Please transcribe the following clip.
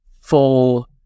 full